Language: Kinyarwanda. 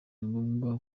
ningombwa